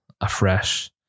afresh